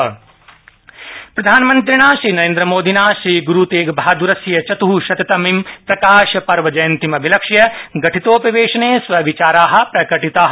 PM Tegh Bahadur प्रधानमन्त्रिणा श्री नरेन्द्रमोदिना श्री ग्रूतेगबहादुरस्य चतृःशततमीं प्रकाशपर्व जयन्तीमभिलक्ष्य गठितोपवेशने स्वविचारा प्रकटिता